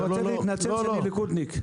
אני רוצה להתנצל שאני ליכודניק.